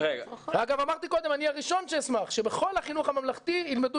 וגם אמרתי קודם שאני הראשון שאשמח שבכל החינוך הממלכתי ילמדו